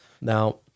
Now